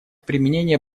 применение